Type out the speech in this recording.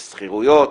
יש שכירויות,